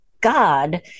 God